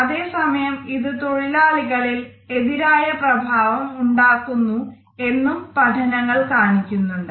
അതേ സമയം ഇത് തൊഴിലാളികളിൽ എതിരായ പ്രഭാവം ഉണ്ടാക്കുന്നു എന്നും പഠനങ്ങൾ കാണിക്കുന്നുണ്ട്